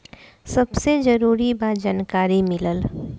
सबसे जरूरी बा जानकारी मिलल